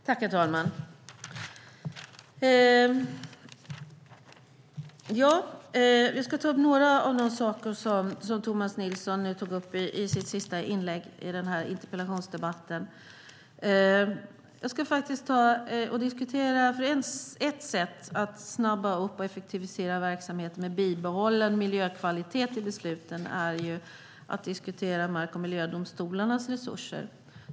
Herr talman! Jag ska kommentera några av de saker som Tomas Nilsson tog upp i sitt sista inlägg i den här interpellationsdebatten. Ett sätt att snabba på och effektivisera verksamheten med bibehållen miljökvalitet i besluten är att diskutera mark och miljödomstolarnas resurser.